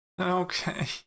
Okay